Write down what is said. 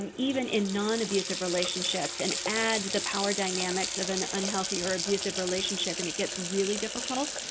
and even in nonabusive relationships. and add the power dynamics of an unhealthy or abusive relationship and it gets really difficult.